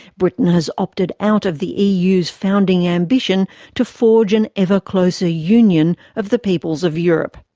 britain has opted out of the eu's founding ambition to forge an ever closer union of the peoples of europe.